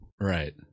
Right